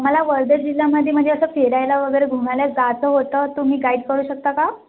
मला वर्धा जिल्ह्यामध्ये म्हणजे असं फिरायला वगैरे घुमायला जायचं होतं तुम्ही गाईड करू शकता का